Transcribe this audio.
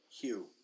Hugh